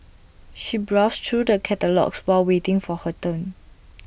she browsed through the catalogues while waiting for her turn